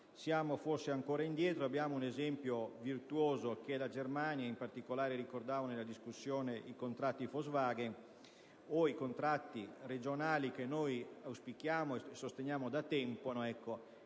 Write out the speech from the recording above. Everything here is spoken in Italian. siamo forse ancora indietro. Abbiamo un esempio virtuoso, rappresentato dalla Germania; in particolare ho ricordato in quella discussione i contratti Volkswagen o i contratti regionali, che auspichiamo e sosteniamo da tempo.